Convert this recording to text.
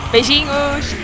Beijinhos